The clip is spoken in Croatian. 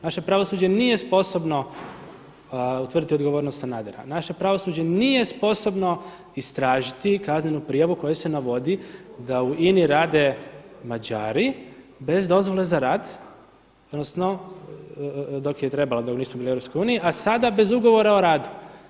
Naše pravosuđe nije sposobno utvrditi odgovornost Sanadera, naše pravosuđe nije sposobno istražiti kaznenu prijavu u kojoj se navodi da u INA-i rade Mađari bez dozvole za rad odnosno dok je trebalo, dobro nisu bili u Europskoj uniji, a sada bez ugovora o radu.